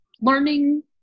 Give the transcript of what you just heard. learning